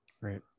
Right